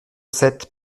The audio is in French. sept